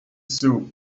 saw